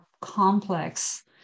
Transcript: complex